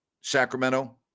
Sacramento